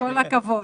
כל הכבוד.